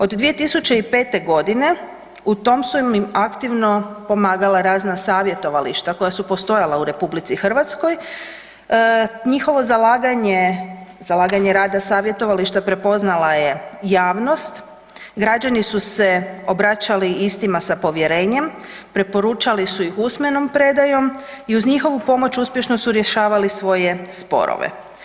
Od 2005. g. u tom su im aktivno pomagale razna savjetovališta koja su postojala u RH, njihovo zalaganje, zalaganje rada savjetovališta prepoznala je javnost građani su se obraćali istima sa povjerenjem, preporučali su ih usmenom predajom i uz njihovu pomoć, uspješno su rješavali svoje sporove.